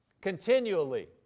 Continually